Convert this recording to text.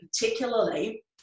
particularly